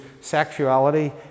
sexuality